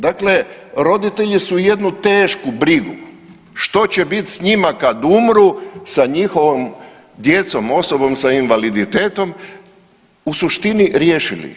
Dakle, roditelji su jednu tešku brigu što će biti sa njima kad umru, sa njihovom djecom, osobom sa invaliditetom u suštini riješili.